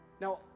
Now